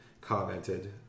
commented